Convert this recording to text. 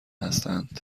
هستند